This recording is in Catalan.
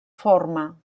forma